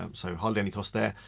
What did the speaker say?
um so hardly any cost there.